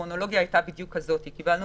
הכרונולוגיה הייתה בדיוק כזאת: קיבלנו